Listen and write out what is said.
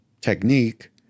technique